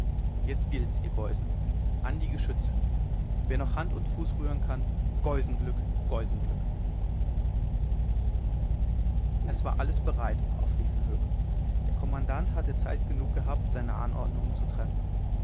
jetzt gilt's ihr geusen an die geschütze wer noch hand und fuß rühren kann geusenglück geusenglück es war alles bereit auf liefkenhoek der kommandant hatte zeit genug gehabt seine anordnungen zu treffen